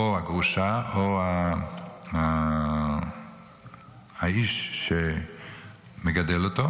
או הגרושה, או האיש שמגדל אותו,